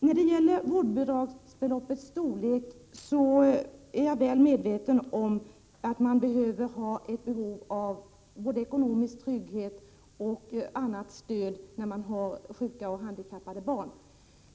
När det gäller vårdbidragsbeloppets storlek är jag väl medveten om att man behöver både ekonomisk trygghet och annat stöd när man har sjuka och handikappade barn.